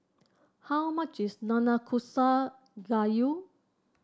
how much is Nanakusa Gayu